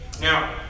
Now